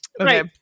Okay